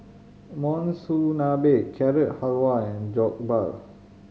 Monsunabe Carrot Halwa and Jokbal